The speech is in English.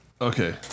Okay